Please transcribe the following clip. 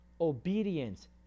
obedience